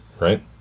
right